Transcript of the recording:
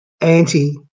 anti